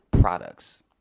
products